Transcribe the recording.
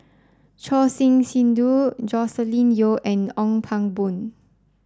Choor Singh Sidhu Joscelin Yeo and Ong Pang Boon